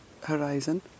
horizon